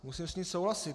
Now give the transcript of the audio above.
Musím s ní souhlasit.